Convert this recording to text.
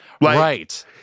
Right